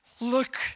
look